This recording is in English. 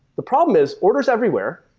the problem is orders everywhere,